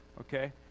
Okay